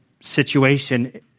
situation